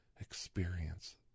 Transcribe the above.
experience